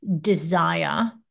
desire